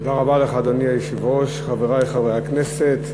אדוני היושב-ראש, תודה רבה לך, חברי חברי הכנסת,